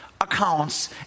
accounts